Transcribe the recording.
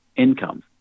income